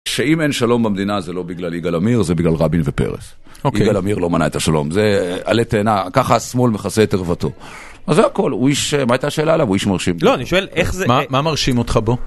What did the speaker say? שאם אין שלום במדינה זה לא בגלל יגאל עמיר, זה בגלל רבין ופרס, יגאל עמיר לא מנע את השלום, זה עלי תאנה, ככה השמאל מכסה את ערוותו, זה הכל, היא איש... מה הייתה השאלה עליו? הוא איש מרשים. לא, אני שואל, איך זה... מה מרשים אותך בו?